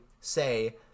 say